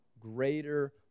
greater